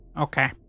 Okay